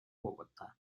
bogotá